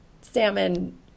salmon